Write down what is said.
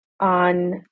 on